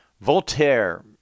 Voltaire